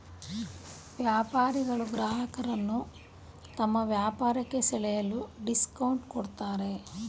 ವ್ಯಾಪಾರಿಗಳು ಗ್ರಾಹಕರನ್ನು ತಮ್ಮ ವ್ಯಾಪಾರಕ್ಕೆ ಸೆಳೆಯಲು ಡಿಸ್ಕೌಂಟ್ ಕೊಡುತ್ತಾರೆ